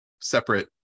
separate